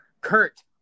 Kurt